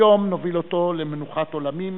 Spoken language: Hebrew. היום נוביל אותו למנוחת עולמים,